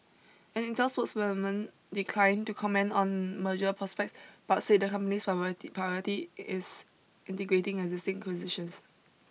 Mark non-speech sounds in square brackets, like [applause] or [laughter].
an Intel spokeswoman declined to comment on merger prospect but said the company's [unintelligible] priority is integrating existing acquisitions